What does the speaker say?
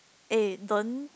eh don't